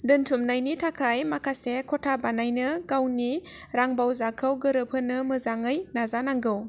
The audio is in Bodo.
दोनथुमनायनि थाखाय माखासे खथा बानायनो गावनि रांबावजाखौ गोरोबहोनो मोजाङै नाजा नांगौ